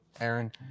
Aaron